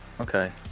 Okay